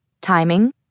timing